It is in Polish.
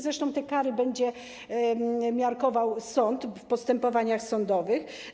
Zresztą te kary będzie miarkował sąd w postępowaniach sądowych.